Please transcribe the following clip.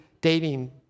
dating